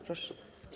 Proszę.